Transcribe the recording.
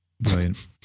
Brilliant